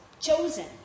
chosen